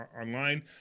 online